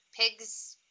pigs